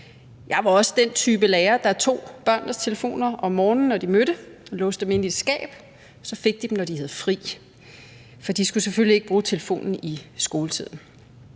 Jeg var også den type lærer, der tog børnenes telefoner om morgenen, når de mødte, og låste dem inde i skab. Så fik de dem, når de havde fri. For de skulle selvfølgelig ikke bruge telefonen i skoletiden.